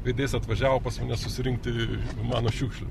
veidais atvažiavo pas mane susirinkti mano šiukšlių